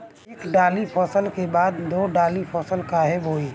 एक दाली फसल के बाद दो डाली फसल काहे बोई?